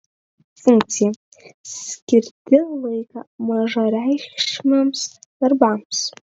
funkcija skirti laiką mažareikšmiams darbams